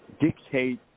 dictate